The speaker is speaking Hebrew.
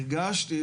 הרגשתי,